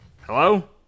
Hello